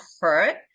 hurt